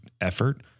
effort